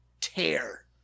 tear